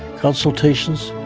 consultations,